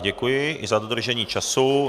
Děkuji i za dodržení času.